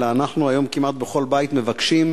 אלא אנחנו היום כמעט בכל בית מבקשים,